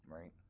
right